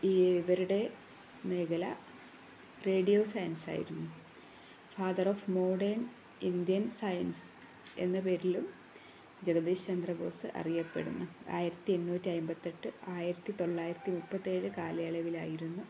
ഈ ഇവരുടെ മേഖല റേഡിയോ സയൻസ് ആയിരുന്നു father of modern Indian science എന്ന പേരിലും ജഗദിഷ് ചന്ദ്ര ബോസ് അറിയപ്പെടുന്നു ആയിരത്തിയെണ്ണൂറ്റി അമ്പത്തിയെട്ട് ആയിരത്തിത്തൊള്ളായിരത്തി മുപ്പത്തിയേഴ് കാലയളവിലായിരുന്നു